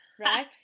right